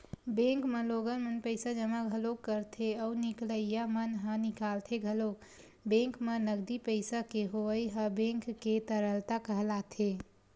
bank म लोगन मन पइसा जमा घलोक करथे अउ निकलइया मन ह निकालथे घलोक बेंक म नगदी पइसा के होवई ह बेंक के तरलता कहलाथे